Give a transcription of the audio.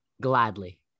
Gladly